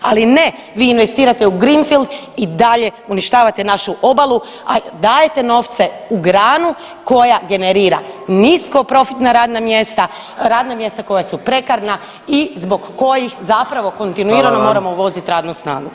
Ali ne, vi investirate u greenfield i dalje uništavate našu obalu, a dajete novce u granu koja generira nisko profitna radna mjesta, radna mjesta koja su prekarna i zbog kojih zapravo kontinuirano [[Upadica: Hvala vam.]] moramo uvoziti radnu snagu.